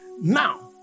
now